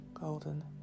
golden